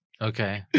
Okay